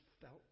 felt